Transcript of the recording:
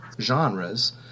genres